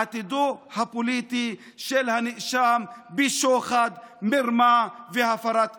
עתידו הפוליטי של הנאשם בשוחד, מרמה והפרת אמונים.